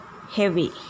heavy